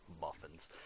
Muffins